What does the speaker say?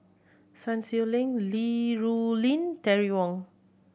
Sun Xueling Li Rulin Terry Wong